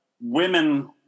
women